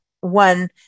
one